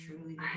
truly